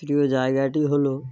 প্রিয় জায়গাটি হল